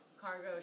Cargo